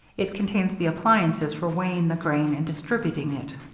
it contains the appliances for weighing the grain and distributing it.